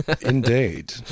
Indeed